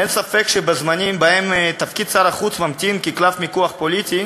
אין ספק שבזמנים שבהם תפקיד שר החוץ ממתין כקלף מיקוח פוליטי,